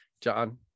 John